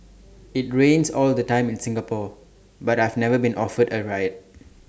IT rains all the time in Singapore but I've never been offered A ride